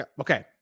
okay